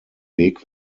weg